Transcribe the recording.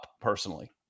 personally